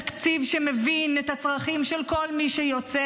תקציב שמבין את הצרכים של כל מי שיוצא